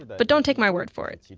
but don't take my word for it,